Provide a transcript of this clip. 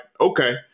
okay